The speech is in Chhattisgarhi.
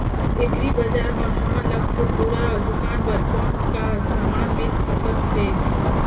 एग्री बजार म हमन ला खुरदुरा दुकान बर कौन का समान मिल सकत हे?